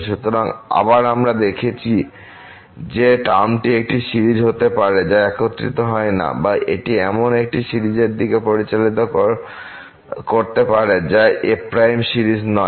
সুতরাং আবার আমরা দেখেছি যে টার্মটি একটি সিরিজ হতে পারে যা একত্রিত হয় না বা এটি এমন একটি সিরিজের দিকে পরিচালিত করতে পারে যা f সিরিজ নয়